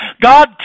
God